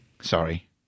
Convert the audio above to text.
sorry